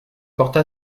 porta